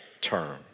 term